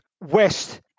west